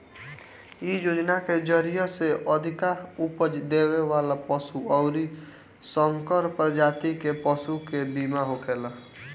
इ योजना के जरिया से अधिका उपज देवे वाला पशु अउरी संकर प्रजाति के पशु के बीमा होखेला